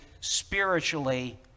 spiritually